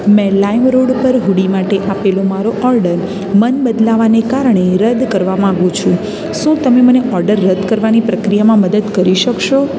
મેં લાઈમરોડ ઉપર હૂડી માટે આપેલો મારો ઓર્ડર મન બદલાવાને કારણે રદ કરવા માગું છું શું તમે મને ઓર્ડર રદ કરવાની પ્રક્રિયામાં મદદ કરી શકશો